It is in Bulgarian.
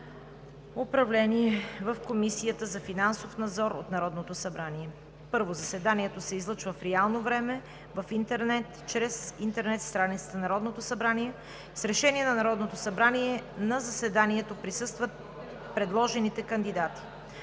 управление в Комисията за финансов надзор, от Народното събрание: „1. Заседанието се излъчва в реално време в интернет чрез интернет страницата на Народното събрание. С решение на Народното събрание на заседанието присъстват предложените кандидати.